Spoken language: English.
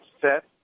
set